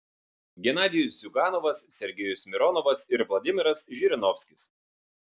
genadijus ziuganovas sergejus mironovas ir vladimiras žirinovskis